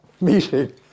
meeting